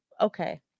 Okay